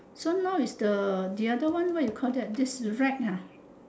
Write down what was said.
so now is the the other one what you call that this rack ah